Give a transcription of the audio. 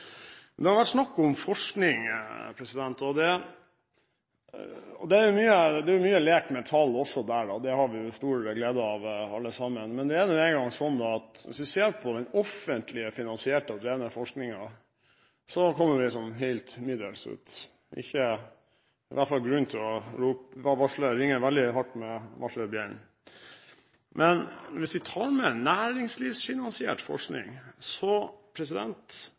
Det har vært snakk om forskning. Det er mye lek med tall også der, og det har vi jo stor glede av, alle sammen. Men det er nå engang sånn at hvis vi ser på den offentlig finansierte og drevne forskningen, kommer vi helt middels ut. Det er i hvert fall ikke grunn til å ringe veldig hardt med varselbjellene. Men hvis vi tar med næringslivsfinansiert forskning,